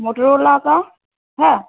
मोटरोलाके हइ